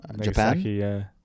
Japan